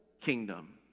kingdom